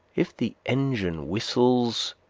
if the engine whistles,